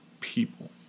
people